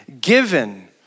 given